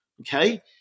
okay